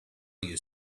you